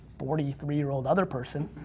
forty three year old other person.